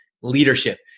Leadership